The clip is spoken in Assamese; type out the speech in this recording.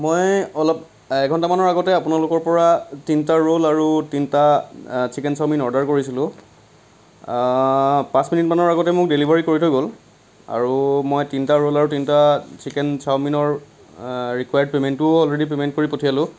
মই অলপ এঘণ্টামানৰ আগতে আপোনালোকৰ পৰা তিনিটা ৰ'ল আৰু তিনিটা চিকেন চাওমিন অ'ৰ্ডাৰ কৰিছিলোঁ পাঁচ মিনিটমানৰ আগতে মোক ডেলিভাৰী কৰি থৈ গ'ল আৰু মই তিনিটা ৰ'ল আৰু তিনিটা চিকেন চাওমিনৰ ৰিকিওৱাৰ্ড পেইমেণ্টটোও অলৰেডি পেইমেণ্ট কৰি পঠিয়ালোঁ